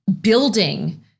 building